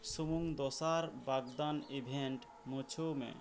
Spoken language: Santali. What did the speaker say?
ᱥᱩᱢᱩᱝ ᱫᱚᱥᱟᱨ ᱵᱟᱜᱽᱫᱟᱱ ᱤᱵᱷᱮᱱᱴ ᱢᱩᱪᱷᱟᱹᱣ ᱢᱮ